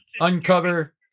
Uncover